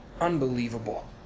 Unbelievable